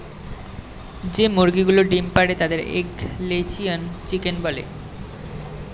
যে মুরগিগুলো ডিম পাড়ে তাদের এগ লেয়িং চিকেন বলে